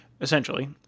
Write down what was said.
essentially